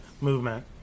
movement